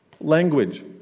Language